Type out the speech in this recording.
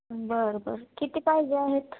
बरं बरं किती पाहिजे आहेत